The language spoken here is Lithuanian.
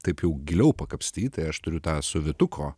taip jau giliau pakapstyt tai aš turiu tą sovietuko